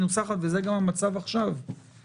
ממתי שמניחים עד מתי שמצביעים יש פרק זמן מינימלי בחוק.